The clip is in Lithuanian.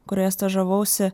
kurioje stažavausi